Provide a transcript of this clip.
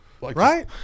Right